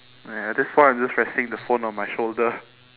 ya that's why I'm just resting the phone on my shoulder